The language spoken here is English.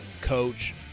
Coach